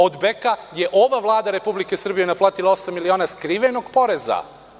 Od Beka je ova Vlada Republike Srbijenaplatila osam miliona skrivenog poreza.